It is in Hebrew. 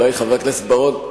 חבר הכנסת בר-און,